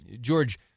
George